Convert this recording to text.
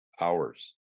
hours